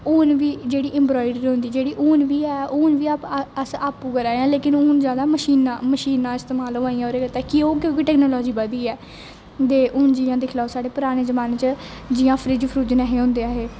हून बी जेहड़ी इमबराइडरी होंदी हून बी ऐ हून बी अस आपूं करा ने हे लेंकिन हून ज्यादा मशीनां इस्तामल होवा दियां ओहदे आस्तै ताकि ओह् टेक्नोलाॅजी बधी ऐ दे हून जियां दिक्खी लो साढ़ी पराने जमाने च जियां फ्रिज नेईं हे होंदे ऐ